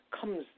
comes